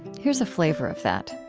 here's a flavor of that